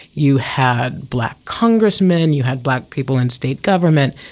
you had black congressmen, you had black people in state government.